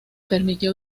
permitió